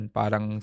parang